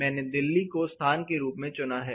मैंने दिल्ली को स्थान के रूप में चुना है